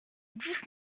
dix